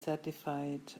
satisfied